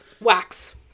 wax